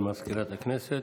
תודה לסגנית מזכיר הכנסת.